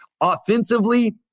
Offensively